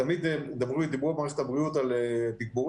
תמיד דיברו במערכת הבריאות על מיטות